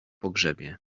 pogrzebie